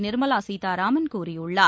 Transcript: நிர்மலா சீதாராமன் கூறியுள்ளார்